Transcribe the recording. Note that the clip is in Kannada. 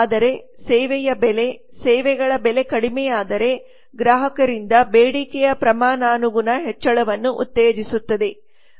ಆದರೆ ಸೇವೆಯ ಬೆಲೆ ಸೇವೆಗಳ ಬೆಲೆ ಕಡಿಮೆಯಾದರೆ ಗ್ರಾಹಕರಿಂದ ಬೇಡಿಕೆಯ ಪ್ರಮಾಣಾನುಗುಣ ಹೆಚ್ಚಳವನ್ನು ಉತ್ತೇಜಿಸುತ್ತದೆ